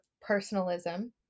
personalism